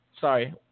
sorry